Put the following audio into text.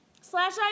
Slash